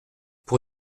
pour